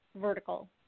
vertical